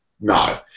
No